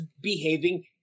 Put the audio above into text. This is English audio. behaving